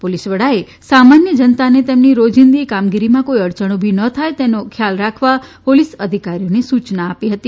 police વડાએ સામાન્ય જનતાને તેમની રોજીંદી કામગીરીમાં કોઇ અડચણ ઉભી ન થાય તેનો ખ્યાલ રાખવા પોલીસ અધિકારીઓને સૂચના આપી હતી